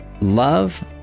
love